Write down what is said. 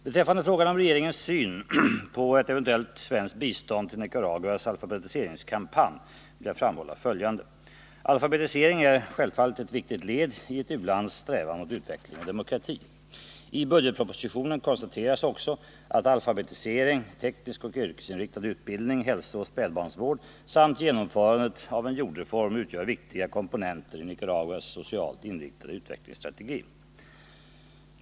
Beträffande frågan om regeringens syn på ett eventuellt svenskt bistånd till Nicaraguas alfabetiseringskampanj vill jag framhålla följande. Alfabetisering är självfallet ett viktigt led i ett u-lands strävan mot utveckling och demokrati. I budgetpropositionen konstateras också att alfabetisering, teknisk och yrkesinriktad utbildning, hälsooch spädbarnsvård samt genomförandet av en jordreform utgör viktiga komponenter i Nicaraguas socialt inriktade utvecklingsstrategi.